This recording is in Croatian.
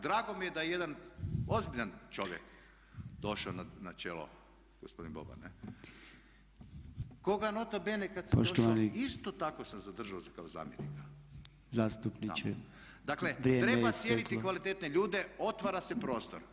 Drago mi je da je jedan ozbiljan čovjek došao na čelo gospodin Boban, ne, koga nota bene kad sam došao isto tako sam zadržao kao zamjenika [[Upadica Podolnjak: Poštovani zastupniče, vrijeme je isteklo.]] Dakle, treba cijeniti kvalitetne ljude, otvara se prostor.